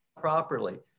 properly